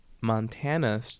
Montana